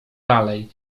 dalej